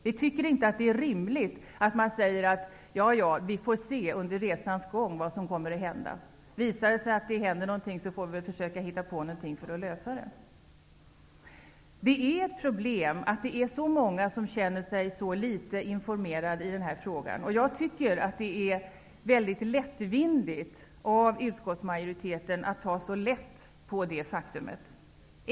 Vi tycker inte att det är rimligt att säga: ''Ja, ja, vi får väl se under resans gång vad som kommer att hända. Om det händer något får vi väl hitta på något annat.'' Det är ett problem att så många känner sig så litet informerade i den här frågan. Jag tycker att det är lättvindigt av utskottsmajoriteten att ta så lätt på detta faktum.